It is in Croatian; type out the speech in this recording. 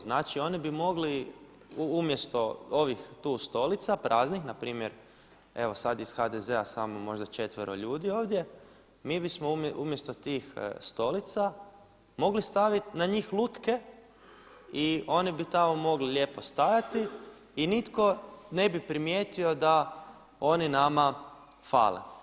Znači oni bi mogli umjesto ovih tu stolica, praznih, npr. evo sada iz HDZ-a samo možda četvero ljudi ovdje, mi bismo umjesto tih stolica mogli staviti na njih lutke i one bi tamo mogle lijepo stajati i nitko ne bi primijetio da oni nama fale.